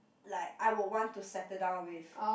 like I would want to settle down with